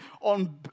on